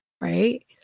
right